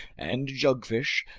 and jugfish,